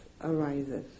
arises